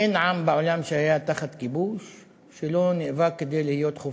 אין עם בעולם שהיה תחת כיבוש שלא נאבק כדי להיות חופשי.